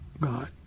God